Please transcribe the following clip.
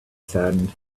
saddened